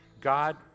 God